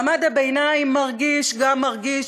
מעמד הביניים מרגיש גם מרגיש,